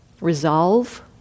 resolve